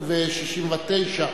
69,